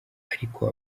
ariko